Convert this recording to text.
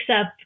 up